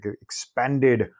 expanded